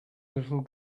little